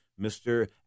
Mr